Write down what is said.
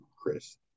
Chris